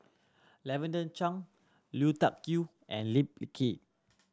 Lavender Chang Lui Tuck Yew and Lee Kip